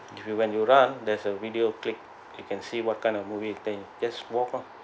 if you when you run there's a video clip you can see what kind of movie thing just walk lah